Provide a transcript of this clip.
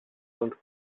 and